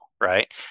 right